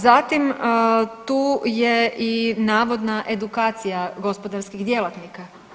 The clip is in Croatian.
Zatim, tu je i navodna edukacija gospodarskih djelatnika.